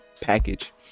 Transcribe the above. package